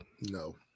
No